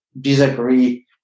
disagree